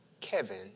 Kevin